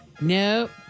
Nope